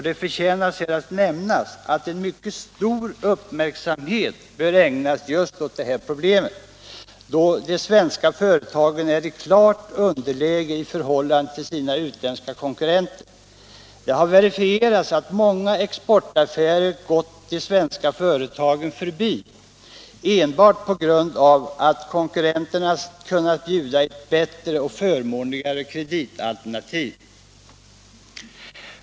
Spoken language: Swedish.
Det förtjänar här nämnas att mycket stor uppmärksamhet bör ägnas åt just detta problem, då de svenska företagen är i klart underläge i förhållande till sina utländska konkurrenter. Det har verifierats att många exportaffärer har gått de svenska företagen förbi enbart på grund av att konkurrenterna har kunnat bjuda ett bättre och förmånligare kreditalternativ.